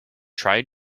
try